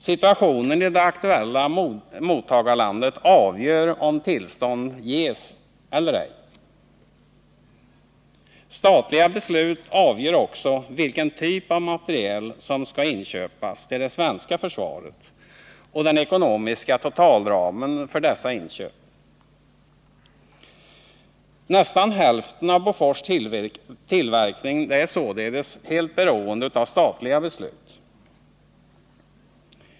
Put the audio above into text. Situationen i det aktuella mottagarlandet avgör om tillstånd ges eller ej. Statliga beslut avgör också vilken typ av materiel som skall inköpas till det svenska försvaret och den ekonomiska totalramen för dessa inköp. Nästan hälften av Bofors tillverkning är således helt beroende av statliga beslut.